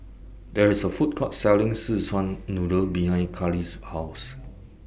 There IS A Food Court Selling Szechuan Noodle behind Karlie's House